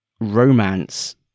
romance